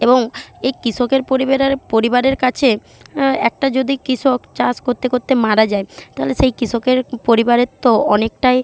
এবং এই কৃষকের পরিবেরার পরিবারের কাছে একটা যদি কৃষক চাষ করতে করতে মারা যায় তাহলে সেই কৃষকের পরিবারের তো অনেকটাই